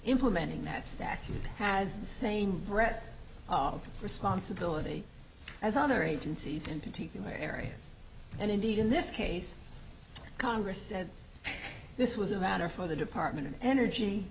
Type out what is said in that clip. implementing that stack has the same breath of responsibility as other agencies in particular area and indeed in this case congress said this was a matter for the department of energy